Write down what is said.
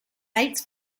bates